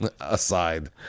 aside